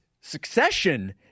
succession